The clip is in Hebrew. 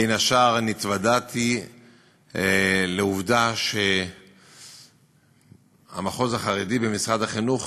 בין השאר אני התוודעתי לעובדה שהמחוז החרדי במשרד החינוך